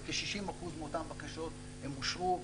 וכ-60% מאותן בקשות אושרו,